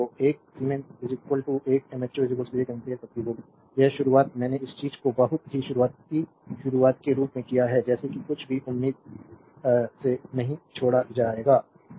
तो 1 siemens 1 mho 1 ampere प्रति volt यह शुरुआत मैंने इस चीज को बहुत ही शुरुआती शुरुआत से शुरू किया है जैसे कि कुछ भी उम्मीद से नहीं छोड़ा जाएगा है ना